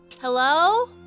Hello